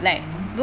mmhmm